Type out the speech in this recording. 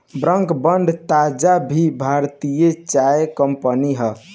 Brooke Bond Taaza भी भारतीय चाय कंपनी हअ